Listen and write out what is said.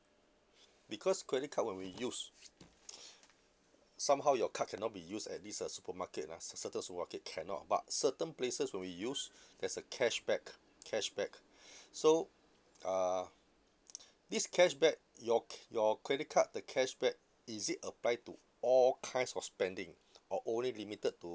because credit card when we use somehow your card cannot be used at this uh supermarket ah cer~ certain supermarket cannot but certain places when we use there's a cashback cashback so uh this cashback your c~ your credit card the cashback is it applied to all kinds of spending or only limited to